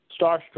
starstruck